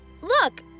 look